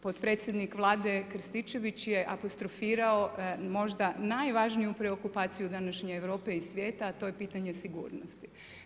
Potpredsjednik Vlade Krstičević je apostrofirao možda najvažniju preokupaciju današnje Europe i svijeta, a to je pitanje sigurnosti.